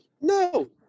No